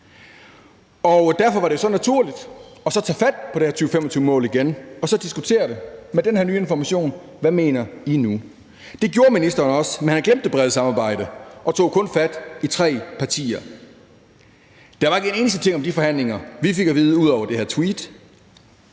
Derfor var det så naturligt at tage fat på det her 2025-mål igen og så diskutere med den her nye information, hvad I nu mener. Det gjorde ministeren også, men han glemte det brede samarbejde og tog kun fat i tre partier. Der var ikke en eneste ting om de forhandlinger, vi fik at vide, ud over det her tweet,